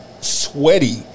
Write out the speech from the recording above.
Sweaty